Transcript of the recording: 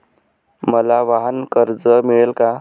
मला वाहनकर्ज मिळेल का?